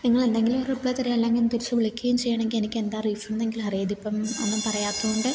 നിങ്ങളെന്തെങ്കിലും reply തരൂ അല്ലെങ്കിൽ ഒന്ന് തിരിച്ച് വിളിക്കുകയും ചെയ്യുകയാണെങ്കിൽ എനിക്ക് എന്താ റീസൺ എന്നെങ്കിലും അറിയാം ഇതിപ്പം ഒന്നും പറയാത്തത് കൊണ്ട്